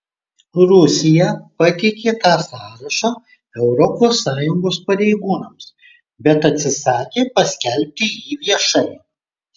rusija pateikė tą sąrašą europos sąjungos pareigūnams bet atsisakė paskelbti jį viešai